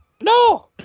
No